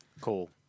Cool